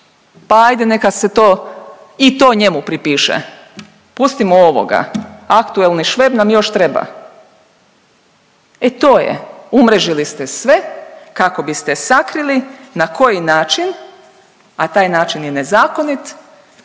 Pa hajde neka se to i to njemu pripiše, pustimo ovoga. Aktualni Šveb nam još treba. E to je, umrežili ste sve kako biste sakrili na koji način, a taj način je nezakonit